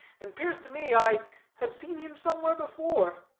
and pears to me i have seen him somewhere before.